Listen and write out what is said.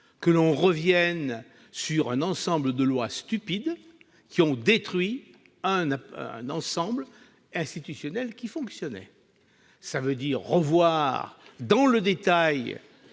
que l'on revienne sur un ensemble de lois stupides qui ont détruit un ensemble institutionnel qui fonctionnait. Pour ce faire, il faut revoir dans le détail,